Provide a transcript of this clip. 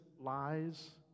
lies